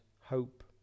hope